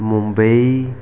Mumbai